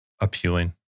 appealing